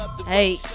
Hey